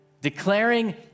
declaring